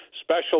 Special